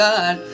God